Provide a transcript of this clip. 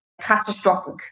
catastrophic